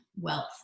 wealth